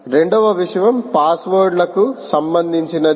రెండవ విషయం పాస్వర్డ్లకు సంబంధించినది